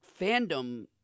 fandom